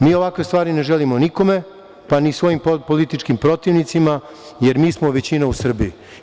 Mi ovakve stvari ne želimo nikome, pa ni svojim političkim protivnicima, jer mi smo većina u Srbiji.